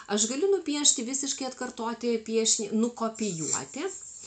aš galiu nupiešti visiškai atkartoti piešinį nukopijuoti